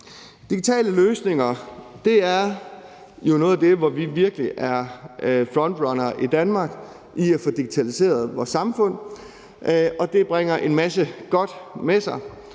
Digitale løsninger er jo et af de områder, hvor vi virkelig er frontrunnere i Danmark i forhold til at få digitaliseret vores samfund, og det bringer en masse godt med sig.